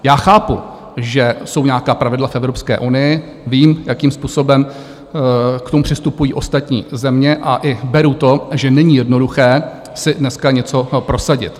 Já chápu, že jsou nějaká pravidla v Evropské unii, vím, jakým způsobem k tomu přistupují ostatní země, a beru to, že není jednoduché si dneska něco prosadit.